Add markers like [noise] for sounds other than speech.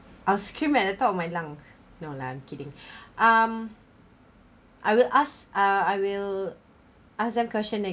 I'll scream at the top of my lung no lah I'm kidding [breath] um I will ask uh I will ask them questioning